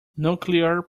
nuclear